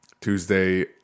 Tuesday